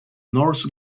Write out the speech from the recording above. norse